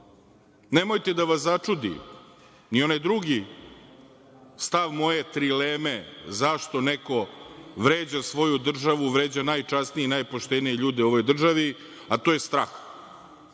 da vas začudi ni onaj drugi stav moje trileme zašto neko vređa svoju državu, vređa najčasnije i najpoštenije ljude u ovoj državi, a to je strah.